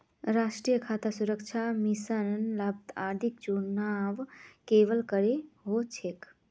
राष्ट्रीय खाद्य सुरक्षा मिशनेर लाभार्थिकेर चुनाव केरन करें हो छेक